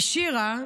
כי שירה,